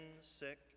sick